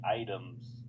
items